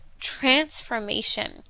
transformation